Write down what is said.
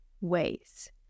ways